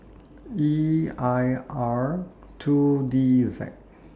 E I R two D Z